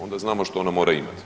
Onda znamo što ona mora imati.